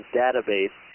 database